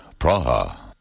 Praha